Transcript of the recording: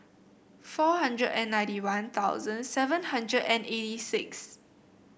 four hundred and ninety One Thousand seven hundred and eighty six